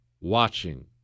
watching